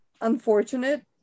unfortunate